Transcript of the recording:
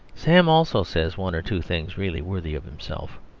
sam also says one or two things really worthy of himself.